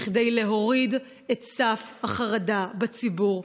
כדי להוריד את החרדה בציבור,